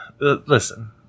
Listen